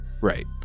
right